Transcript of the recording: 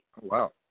Wow